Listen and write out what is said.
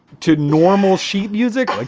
two normal sheet music. like